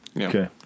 Okay